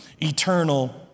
eternal